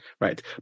Right